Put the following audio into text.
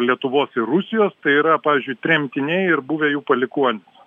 lietuvos ir rusijos tai yra pavyzdžiui tremtiniai ir buvę jų palikuonys